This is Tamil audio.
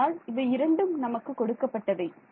ஆகையால் இவை இரண்டும் நமக்கு கொடுக்கப்பட்டவை